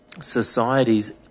societies